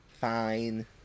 fine